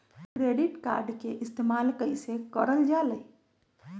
Credit card के इस्तेमाल कईसे करल जा लई?